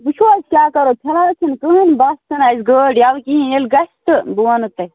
وُچھو حظ کیٛاہ کَرو فِلحال حظ چھَنہٕ کٕہٕنٛۍ بَس چھَ نہٕ اَسہِ گٲڑۍ یَلہٕ کِہیٖنٛۍ ییٚلہِ گژھِ تہٕ بہٕ وَنہو تۄہہِ